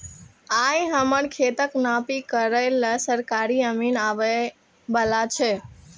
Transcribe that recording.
आइ हमर खेतक नापी करै लेल सरकारी अमीन आबै बला छै